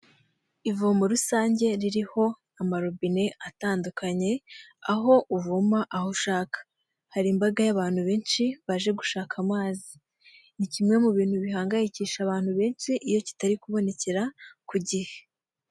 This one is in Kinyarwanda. Ivomo rusange ririho amarobine atandukanye aho uvoma aho ushaka . Hari imbaga y'abantu benshi baje gushaka amazi ni kimwe mu bintu bihangayikisha abantu benshi iyo kitari kubonekera ku gihe.